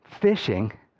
fishing